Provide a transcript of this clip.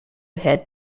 had